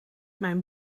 mijn